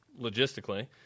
logistically